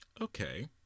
okay